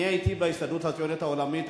אני הייתי בהסתדרות הציונית העולמית,